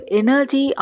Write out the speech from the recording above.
energy